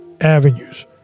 avenues